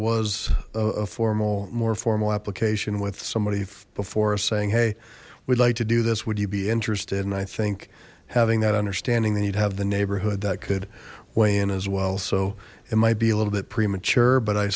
was a formal more formal application with somebody before us saying hey we'd like to do this would you be interested and i think having that understanding then you'd have the neighborhood that could weigh in as well so it might be a little bit premature but i